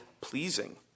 pleasing